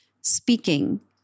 speaking